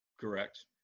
Correct